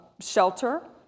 shelter